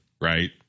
Right